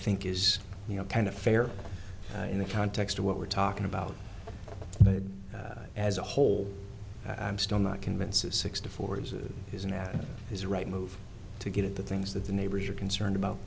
think is you know kind of fair in the context of what we're talking about but as a whole i'm still not convinced that sixty four years is now is right move to get at the things that the neighbors are concerned about